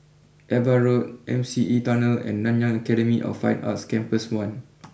Ava Road M C E Tunnel and Nanyang Academy of Fine Arts Campus one